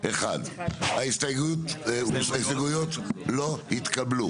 1 ההסתייגויות לא התקבלו.